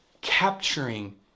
capturing